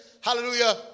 hallelujah